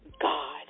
God